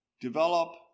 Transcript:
develop